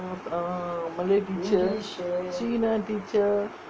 அப்ரோ:apro malay teacher சீன:seena teacher